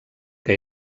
que